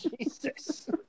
Jesus